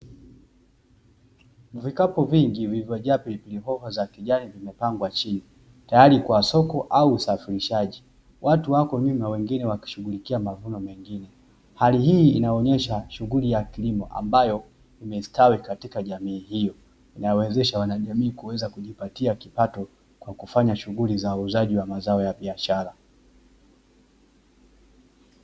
Vikapu vingi vilivojaa pilipili hoho za kijani zimepangwa chini tayari kwa soko au usafirishaji. Watu wako nyuma wengine wakishughulikia mavuno mengine. Hali hii inaonyesha shughuli ya kilimo ambayo imestawi katika jamii hiyo inayowezesha wanajamii kuweza kujipatia kipato kwa kufanya shughuli za uuzaji wa mazao ya biashara.